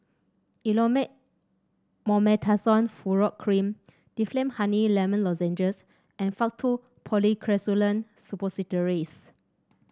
Elomet Mometasone Furoate Cream Difflam Honey Lemon Lozenges and Faktu Policresulen Suppositories